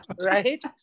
right